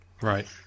Right